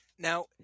Now